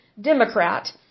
Democrat